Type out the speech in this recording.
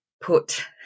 put